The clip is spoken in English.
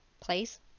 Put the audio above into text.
place